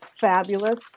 fabulous